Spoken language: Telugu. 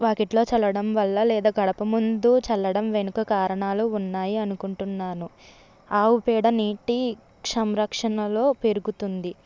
వాకిట్లో చల్లడం వల్ల లేదా గడప ముందు చల్లడం వెనుక కారణాలు ఉన్నాయి అనుకుంటున్నాను ఆవు పేడ నీటి సంరక్షణలో పెరుగుతుంది